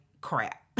crap